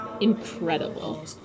Incredible